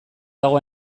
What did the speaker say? dago